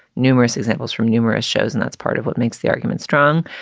numerous examples from numerous shows. and that's part of what makes the argument strong.